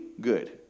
good